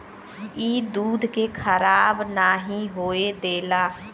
ई दूध के खराब नाही होए देला